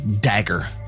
dagger